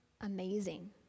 amazing